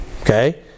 okay